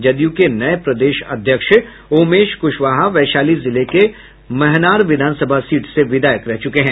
जदयू के नये प्रदेश अध्यक्ष उमेश कृशवाहा वैशाली जिले के मनहार विधानसभा सीट से विधायक रह चुके हैं